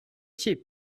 pieds